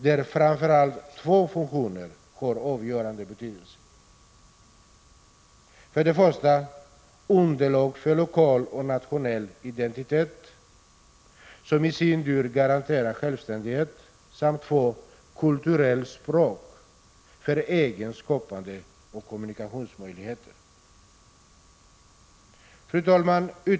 Det är framför allt två funktioner som har avgörande betydelse, för det första ett underlag för lokal och nationell identitet, som i sin tur garanterar självständighet, samt för det andra ett kulturellt språk för eget skapande och kommunikationsmöjligheter. Fru talman!